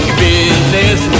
business